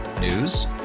News